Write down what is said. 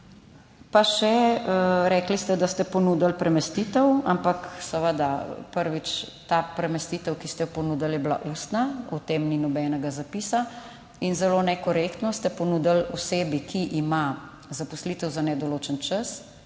Pa še, rekli ste, da ste ponudili premestitev, ampak seveda, prvič, ta premestitev, ki ste jo ponudili, je bila ustna, o tem ni nobenega zapisa in zelo nekorektno ste ponudili osebi, ki ima zaposlitev za nedoločen čas,